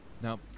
Now